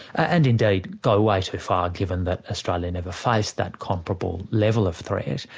and indeed go way too far given that australia never faced that comparable level of threat.